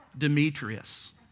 Demetrius